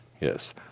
Yes